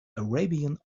arabian